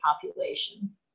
population